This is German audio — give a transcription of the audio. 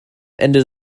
ende